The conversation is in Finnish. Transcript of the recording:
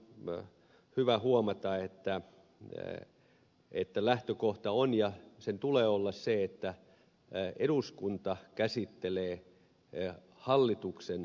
minusta on hyvä huomata että lähtökohta on ja sen tulee olla se että eduskunta käsittelee hallituksen antamaa selontekoa